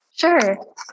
Sure